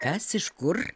kas iš kur